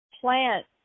plant